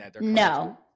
No